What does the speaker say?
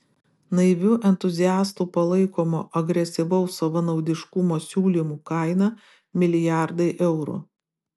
naivių entuziastų palaikomo agresyvaus savanaudiškumo siūlymų kaina milijardai eurų